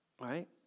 Right